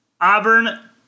Auburn